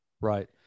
Right